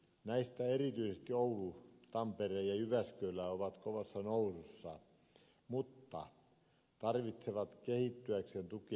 näistä erityisesti oulu tampere ja jyväskylä ovat kovassa nousussa mutta tarvitsevat kehittyäkseen tukea